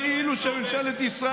כאילו שממשלת ישראל,